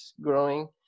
growing